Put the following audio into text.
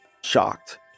shocked